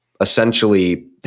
essentially